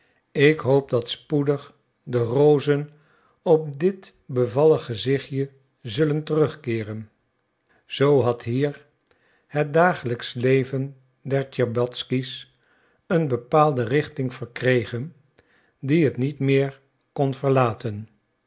ik hoop dat spoedig de rozen op dit bevallig gezichtje zullen terugkeeren zoo had hier het dagelijksch leven der tscherbatzky's een bepaalde richting verkregen die het niet meer kon verlaten